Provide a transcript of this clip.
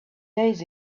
days